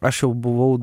aš jau buvau